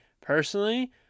Personally